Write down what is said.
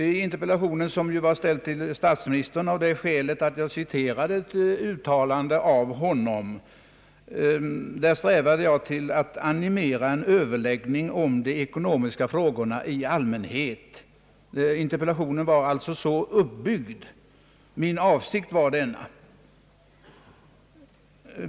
I interpellationen, som var ställd till statsministern av det skälet att jag citerade ett uttalande av honom, ville jag animera till en överläggning om de ekonomiska frågorna i allmänhet; det var alltså min avsikt.